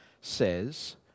says